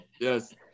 Yes